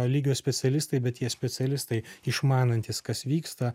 lygio specialistai bet jie specialistai išmanantys kas vyksta